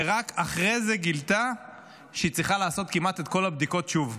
ורק אחרי זה גילתה שהיא צריכה לעשות כמעט את כל הבדיקות שוב.